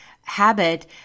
habit